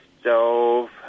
stove